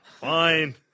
Fine